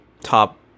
top